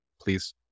please